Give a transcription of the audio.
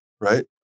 Right